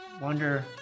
wonder